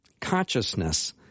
consciousness